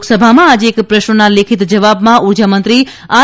લોકસભામાં આજે એક પ્રશ્નના લેખિત જવાબમાં ઉર્જામંત્રી આર